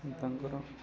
ତାଙ୍କର